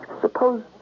Suppose